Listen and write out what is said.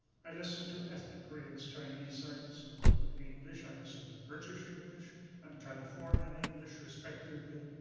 i listen to ethnic koreans' chinese. i listen to english. i listen to british english and californin and english respectively.